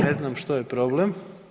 Ne znam što je problem?